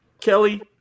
Kelly